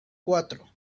cuatro